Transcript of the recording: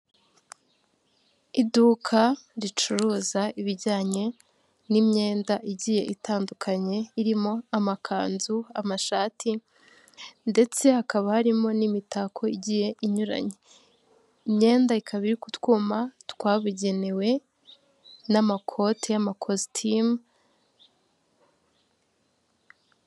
Iduka ricuruza ibijyanye n'imyenda igiye itandukanye, irimo amakanzu, amashati ndetse hakaba harimo n'imitako igiye inyuranye, imyenda ikaba iri kutwuma twabugenewe n'amakote y'amakositimu.